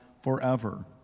forever